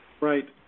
Right